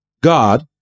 God